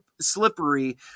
slippery